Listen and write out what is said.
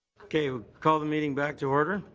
okay. call the meeting back to order.